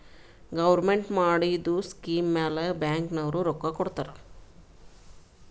government ಮಾಡಿದು scheme ಮ್ಯಾಲ bank ನವ್ರು ರೊಕ್ಕಾ ಕೊಡ್ತಾರ್